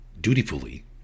Dutifully